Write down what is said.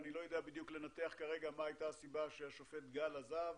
אני לא יודע לנתח כרגע את הסיבה שהשופט גל עזב,